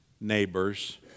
neighbors